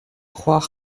crois